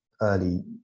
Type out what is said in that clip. early